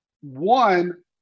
one